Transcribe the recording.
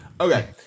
Okay